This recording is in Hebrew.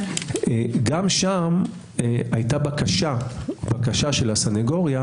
גם שם הייתה בקשה של הסנגוריה,